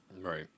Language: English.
Right